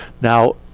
Now